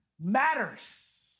matters